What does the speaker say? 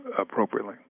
appropriately